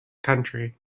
country